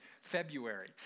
February